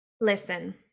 Listen